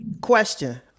Question